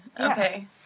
Okay